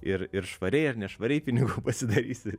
ir ir švariai ar nešvariai pinigų pasidarysi